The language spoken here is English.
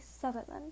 Sutherland